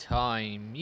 time